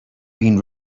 been